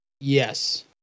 Yes